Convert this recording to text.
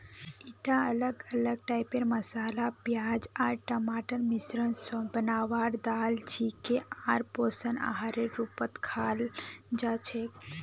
ईटा अलग अलग टाइपेर मसाला प्याज आर टमाटरेर मिश्रण स बनवार दाल छिके आर पोषक आहारेर रूपत खाल जा छेक